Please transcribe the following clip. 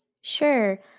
Sure